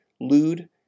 lewd